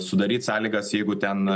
sudaryt sąlygas jeigu ten